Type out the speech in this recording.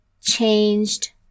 changed